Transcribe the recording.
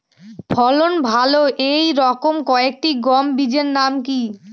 ফলন ভালো এই রকম কয়েকটি গম বীজের নাম কি?